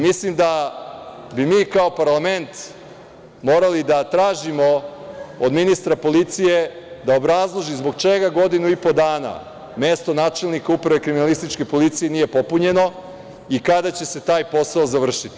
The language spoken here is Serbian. Mislim da bi mi kao parlament morali da tražimo od ministra policije da obrazloži zbog čega godinu i po dana mesto načelnika uprave kriminalističke policije nije popunjeno i kada će se taj posao završiti?